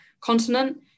continent